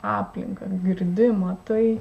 aplinką girdi matai